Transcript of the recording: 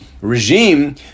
regime